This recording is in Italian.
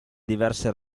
diverse